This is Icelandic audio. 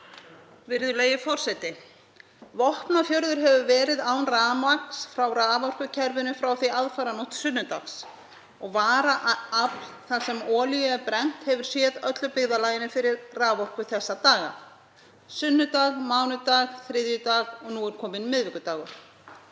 Virðulegi forseti. Vopnafjörður hefur verið án rafmagns frá raforkukerfinu frá því á aðfaranótt sunnudags. Varaafl þar sem olíu er brennt hefur séð öllu byggðarlaginu fyrir raforku þessa daga; sunnudag, mánudag, þriðjudag og nú er kominn miðvikudagur.